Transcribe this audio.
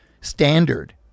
standard